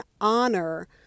honor